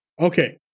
Okay